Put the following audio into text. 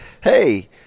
hey